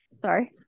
sorry